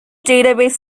database